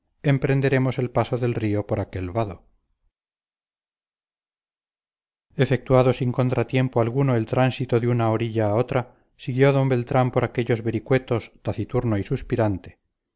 emprenderemos el paso del río por aquel vado efectuado sin contratiempo alguno el tránsito de una orilla a otra siguió d beltrán por aquellos vericuetos taciturno y suspirante